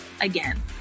again